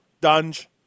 Dunge